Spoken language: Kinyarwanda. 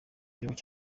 gihugu